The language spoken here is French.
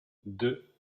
deux